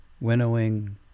winnowing